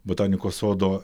botanikos sodo